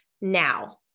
now